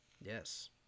Yes